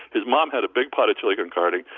his mom had a big pot of chili con carne,